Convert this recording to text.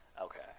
Okay